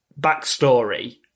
backstory